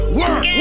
work